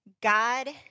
God